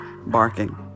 barking